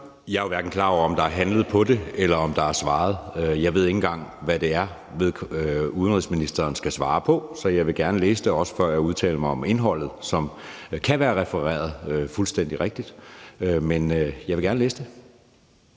Jeg er jo hverken klar over, om der er handlet på det, eller om der er svaret. Jeg ved ikke engang, hvad det er, udenrigsministeren skal svare på. Så jeg vil gerne læse det også, før jeg udtaler mig om indholdet – som kan være refereret fuldstændig rigtigt. Men jeg vil gerne læse det.